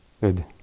good